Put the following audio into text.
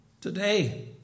today